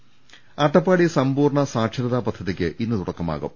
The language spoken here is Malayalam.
് അട്ടപ്പാടി സമ്പൂർണ സാക്ഷരതാ പദ്ധതിക്ക് ഇന്ന് തുടക്കമാകും